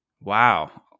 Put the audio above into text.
Wow